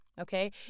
okay